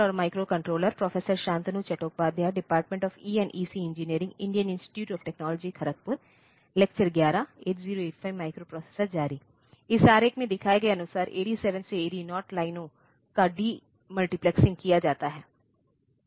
इस आरेख में दिखाए गए अनुसार AD7 से AD 0 लाइनों का डीमल्टीप्लेक्सिंग किया जाता है